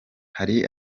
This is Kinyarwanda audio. hari